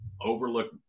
overlook